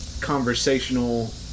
conversational